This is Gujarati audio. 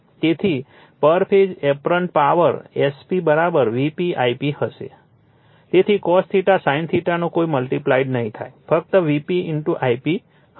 તેથી પર phase apparent power Sp Vp Ip હશે તેથી cos sin નો કોઈ મલ્ટીપ્લાઇડ નહીં થાય ફક્ત Vp Ip હશે